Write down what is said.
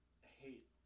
hate